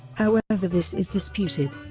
however this is disputed.